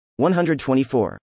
124